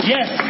Yes